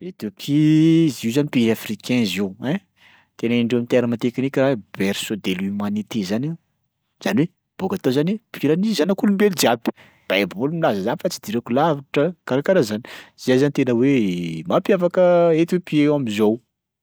Ethiopie zio zany pays africain ziio ein tenenindreo am'terme technique raha io berceau de l'humanité zany io zany hoe bôka tao zany poiran'ny zanak'olombelo jiaby, baiboly milaza izany fa tsy idirako lavitra, karakaraha zany, zay zany tena hoe mampiavaka Ethiopie io am'zao.